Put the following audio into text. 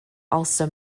also